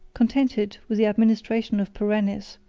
discontented with the administration of perennis,